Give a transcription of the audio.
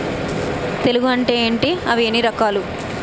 తెగులు అంటే ఏంటి అవి ఎన్ని రకాలు?